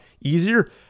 easier